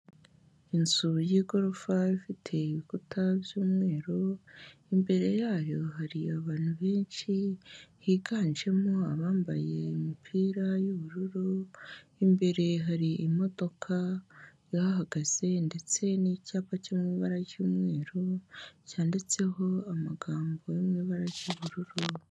Inzu y'igorofa ifite ibikuta by'umweru, imbere yayo hari abantu benshi higanjemo abambaye imipira y'ubururu, imbere hari imodoka ihagaze ndetse n'icyapa cyiri mu ibara ry'umweru cyanditseho amagambo ari mu ibara ry'ubururu.